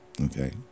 Okay